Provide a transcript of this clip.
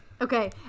Okay